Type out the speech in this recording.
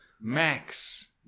Max